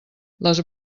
les